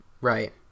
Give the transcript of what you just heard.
Right